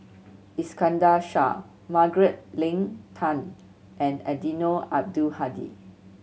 Iskandar Shah Margaret Leng Tan and Eddino Abdul Hadi